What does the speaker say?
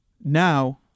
Now